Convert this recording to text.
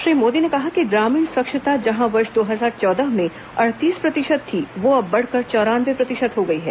श्री मोदी ने कहा कि ग्रामीण स्वच्छता जहां वर्ष दो हजार चौदह में अड़तीस प्रतिशत थी वह अब बढ़कर चौरानवे प्रतिशत हो गई है